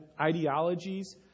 ideologies